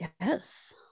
Yes